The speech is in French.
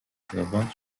servante